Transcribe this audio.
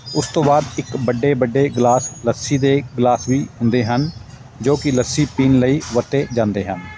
ਉਸ ਤੋਂ ਬਾਅਦ ਇੱਕ ਵੱਡੇ ਵੱਡੇ ਗਲਾਸ ਲੱਸੀ ਦੇ ਗਲਾਸ ਵੀ ਹੁੰਦੇ ਹਨ ਜੋ ਕਿ ਲੱਸੀ ਪੀਣ ਲਈ ਵਰਤੇ ਜਾਂਦੇ ਹਨ